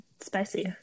spicy